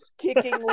kicking